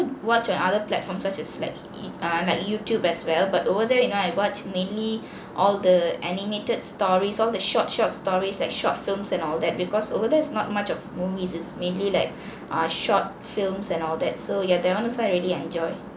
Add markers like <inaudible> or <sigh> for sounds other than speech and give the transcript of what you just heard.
watch on other platforms such as like err like youtube as well but over there you know I watch mainly <breath> all the animated stories all the short short stories like short films and all that because over there it's not much of movies it's mainly like <breath> err short films and all that so ya that [one] also I really enjoy